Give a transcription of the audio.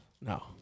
no